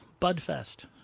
BudFest